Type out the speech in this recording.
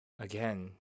Again